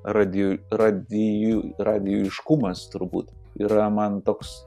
radijuj radijuj radijiškumas turbūt yra man toks